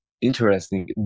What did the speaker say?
interesting